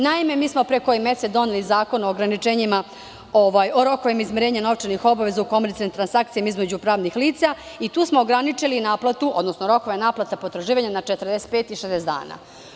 Naime, mi smo pre neki mesec doneli Zakon o rokovima izmirenja novčanih obaveza u komercijalnim transakcijama između pravnih lica i tu smo ograničili naplatu, odnosno rokove naplate potraživanja na 45 i 60 dana.